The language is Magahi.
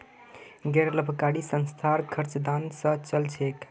गैर लाभकारी संस्थार खर्च दान स चल छेक